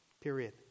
Period